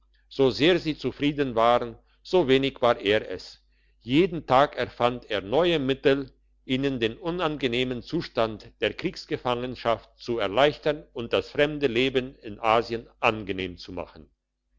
so sehr sie zufrieden waren so wenig war er es jeden tag erfand er neue mittel ihnen den unangenehmen zustand der kriegsgefangenschaft zu erleichtern und das fremde leben in asien angenehm zu machen